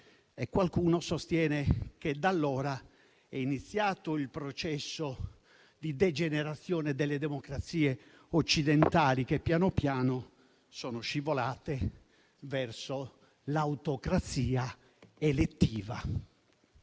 Qualcuno sostiene che da allora sia iniziato il processo di degenerazione delle democrazie occidentali, che piano piano sono scivolate verso l'autocrazia elettiva: